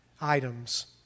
items